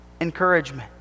encouragement